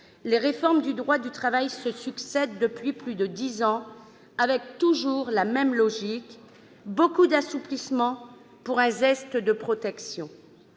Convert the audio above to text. les réformes du droit du travail se succèdent depuis plus de dix ans, avec toujours la même logique : beaucoup d'assouplissement pour un zeste de protection.